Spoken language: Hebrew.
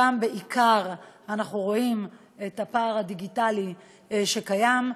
שם בעיקר אנחנו רואים את הפער הדיגיטלי שקיים.